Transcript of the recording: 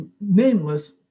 nameless